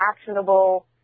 actionable